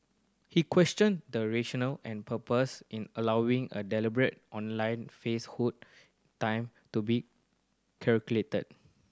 he questioned the rationale and purpose in allowing a deliberate online falsehood time to be circulated